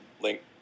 Link